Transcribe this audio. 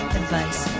advice